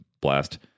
blast